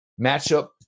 matchup